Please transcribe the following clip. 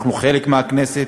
אנחנו חלק מהכנסת,